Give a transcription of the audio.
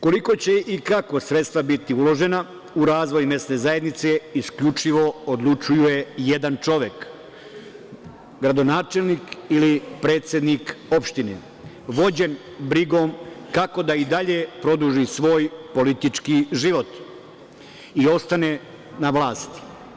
Koliko će i kako sredstva biti uložena u razvoj mesne zajednice, isključivo odlučuje jedan čovek, gradonačelnik ili predsednik opštine vođen brigom kako da i dalje produži svoj politički život i ostane na vlasti.